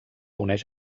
uneix